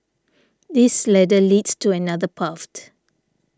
this ladder leads to another